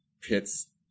pits